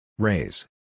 Raise